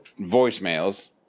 voicemails